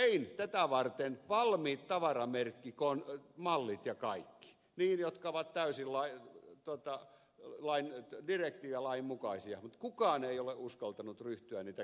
tein tätä varten valmiit tavaramerkkimallit ja kaikki jotka ovat täysin direktiivin ja lain mukaisia mutta kukaan ei ole uskaltanut ryhtyä niitä käyttämään